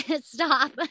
stop